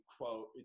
quote